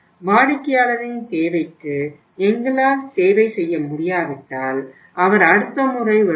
வாடிக்கையாளரின் தேவைக்கு எங்களால் சேவை செய்ய முடியாவிட்டால் அவர் அடுத்த முறை வருவார்